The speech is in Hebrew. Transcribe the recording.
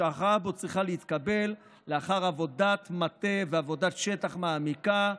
וההכרעה בו צריכה להתקבל לאחר עבודת מטה ועבודת שטח מעמיקות,